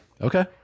Okay